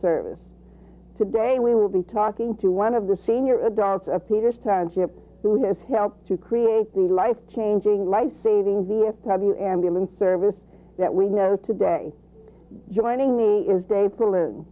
service today we will be talking to one of the senior adults of peter's township who has helped to create the life changing life saving v f w ambulance service that we know today joining me is